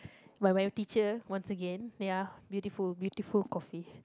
but when your teacher once again ya beautiful beautiful coffee